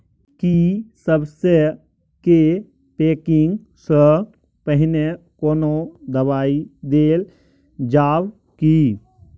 की सबसे के पैकिंग स पहिने कोनो दबाई देल जाव की?